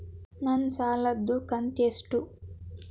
ನನ್ನ ಸಾಲದು ಕಂತ್ಯಷ್ಟು?